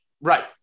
Right